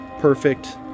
perfect